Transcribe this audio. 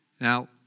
Now